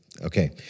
Okay